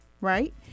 Right